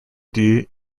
due